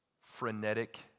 frenetic